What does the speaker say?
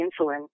insulin